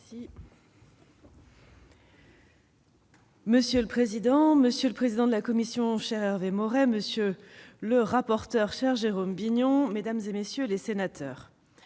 Monsieur le président, monsieur le président de la commission, cher Hervé Maurey, monsieur le rapporteur, cher Jérôme Bignon, mesdames, messieurs les sénateurs,